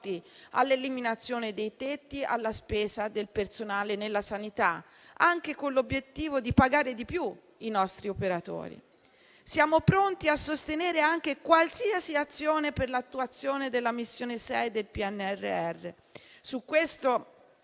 all'eliminazione dei tetti alla spesa del personale nella sanità, anche con l'obiettivo di pagare di più i nostri operatori. Siamo anche pronti a sostenere qualsiasi azione per l'attuazione della missione 6 del PNRR. Su questo,